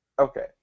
Okay